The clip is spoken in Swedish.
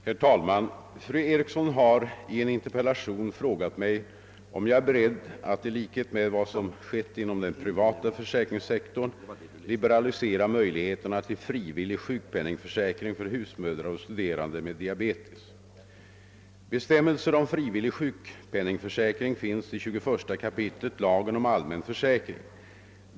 Herr talman! Fru Eriksson i Stockholm har i en interpellation frågat mig, om jag är beredd att i likhet med vad som skett inom den privata försäkringssektorn liberalisera möjligheterna till frivillig sjukpenningförsäkring för husmödrar och studerande med diabetes. Bestämmelser om frivillig sjukpenningförsäkring finns i 21 kap. lagen om allmän försäkring.